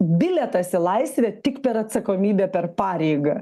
bilietas į laisvę tik per atsakomybę per pareigą